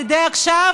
תודה עכשיו,